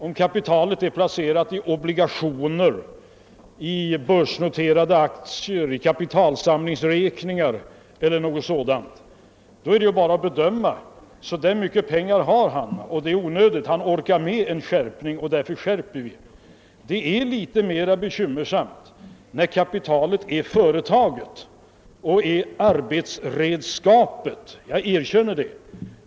Om kapitalet är placerat i obligationer, i börsnoterade aktier, på kapitalsamlingsräkningar eller på liknande sätt, då är det bara att göra följande bedömning: så där mycket pengar har den personen och det är onödigt mycket — han orkar med en skärpning, och därför skärper vi. Det är litet mer bekymmersamt när kapitalet är företaget, arbetsredskapet, det er känner jag.